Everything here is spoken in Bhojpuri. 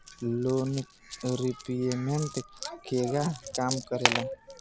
लोन रीपयमेंत केगा काम करेला?